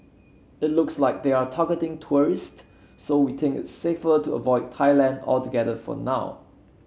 it looks like they're targeting tourist so we think it's safer to avoid Thailand altogether for now